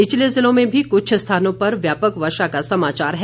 निचले जिलों में भी कुछ स्थानों पर वर्षा का समाचार है